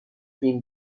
been